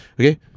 Okay